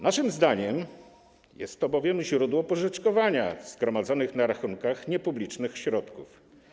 Naszym zdaniem jest to bowiem źródło pożyczkowania zgromadzonych na rachunkach niepublicznych środków.